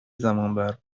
زمانبر